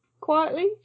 quietly